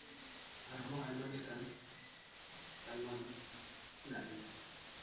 ᱟᱨᱦᱚᱸ ᱟᱭᱢᱟ ᱞᱮᱠᱟᱱ ᱛᱟᱞᱢᱟ ᱫᱚ ᱦᱮᱱᱟᱜ ᱜᱮᱭᱟ